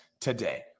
today